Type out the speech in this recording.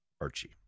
Archie